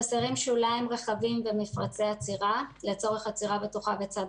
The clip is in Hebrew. חסרים שוליים רחבים ומפרצי עצירה לצורך עצירה בטוחה בצד